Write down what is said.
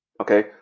Okay